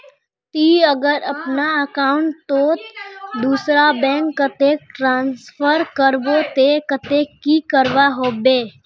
ती अगर अपना अकाउंट तोत दूसरा बैंक कतेक ट्रांसफर करबो ते कतेक की करवा होबे बे?